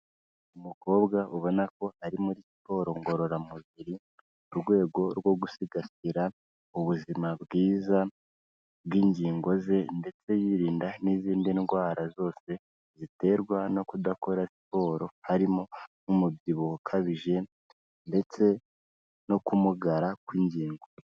Umukobwa ubona ko ari muri siporo ngororamubiri, mu rwego rwo gusigasira ubuzima bwiza bw'ingingo ze, ndetse yirinda n'izindi ndwara zose ziterwa no kudakora siporo harimo n'umubyibuho ukabije ndetse no kumugara kw'ingingo.